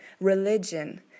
Religion